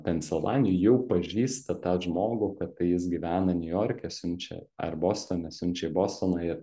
pensilvanijoj jau pažįsta tą žmogų kad tai jis gyvena niujorke siunčia ar bostone siunčia į bostoną ir